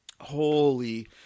Holy